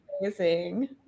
Amazing